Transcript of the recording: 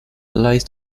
lies